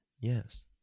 Yes